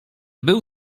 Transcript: był